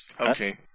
okay